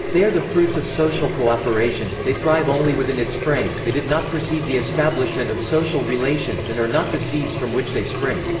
they are the fruits of social cooperation, they thrive only within its frame they did not precede the establishment of social relations and are not the seeds from which they spring.